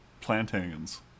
Plantains